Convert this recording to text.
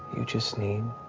you just need